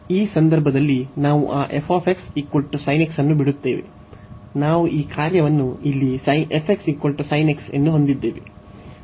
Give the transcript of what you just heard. ಈ ಸಂದರ್ಭದಲ್ಲಿ ನಾವು ಆ ಅನ್ನು ಬಿಡುತ್ತೇವೆ ನಾವು ಈ ಕಾರ್ಯವನ್ನು ಇಲ್ಲಿ ಎಂದು ಹೊಂದಿದ್ದೇವೆ